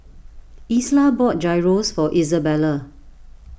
Isla bought Gyros for Izabella